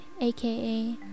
aka